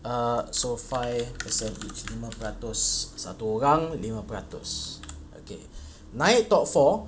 err so five percent each lima peratus satu orang lima peratus okay naik top four